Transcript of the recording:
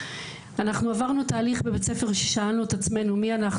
אנחנו עברנו תהליך בבית ספר כששאלנו את עצמנו מי אנחנו